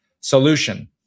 Solution